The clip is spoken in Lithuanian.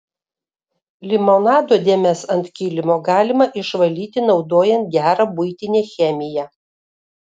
limonado dėmes ant kilimo galima išvalyti naudojant gerą buitinę chemiją